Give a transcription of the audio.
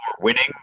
winning